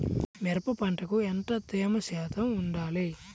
మిరప పంటకు ఎంత తేమ శాతం వుండాలి?